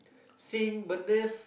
sink beneath